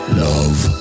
love